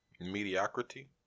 mediocrity